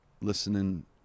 listening